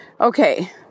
okay